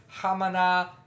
Hamana